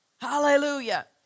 Hallelujah